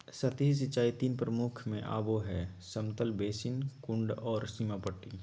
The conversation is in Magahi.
सतही सिंचाई तीन प्रमुख प्रकार में आबो हइ समतल बेसिन, कुंड और सीमा पट्टी